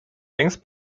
längst